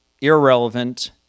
irrelevant